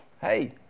Hey